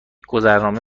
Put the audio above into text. گذرنامه